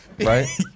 right